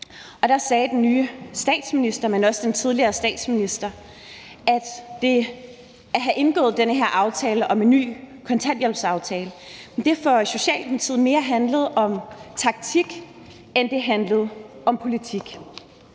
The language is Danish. og der sagde den nye, men også tidligere statsminister: At have indgået den her aftale om en ny kontanthjælpsaftale handlede for Socialdemokratiet mere om taktik, end det handlede om politik